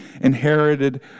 inherited